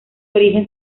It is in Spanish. origen